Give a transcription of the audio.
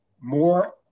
more